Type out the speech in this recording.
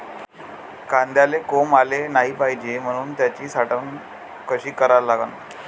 कांद्याले कोंब आलं नाई पायजे म्हनून त्याची साठवन कशी करा लागन?